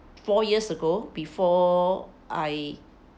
four years ago before I